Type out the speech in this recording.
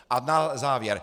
A na závěr.